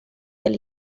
del